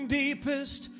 deepest